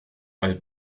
all